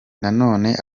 nanone